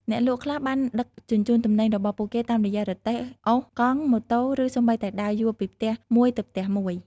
អ្នកលក់ខ្លះបានដឹកជញ្ជូនទំនិញរបស់ពួកគេតាមរយៈរទេះ អូស កង់ ម៉ូតូ ឬសូម្បីតែដើរយួរពីផ្ទះមួយទៅផ្ទះមួយ។